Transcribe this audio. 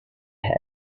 head